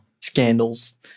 scandals